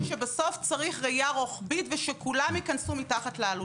אמרתי שבסוף צריך ראייה רוחבית ושכולם ייכנסו מתחת לאלונקה.